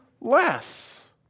less